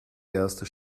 erste